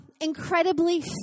incredibly